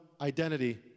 identity